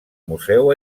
museu